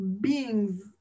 beings